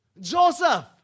Joseph